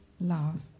love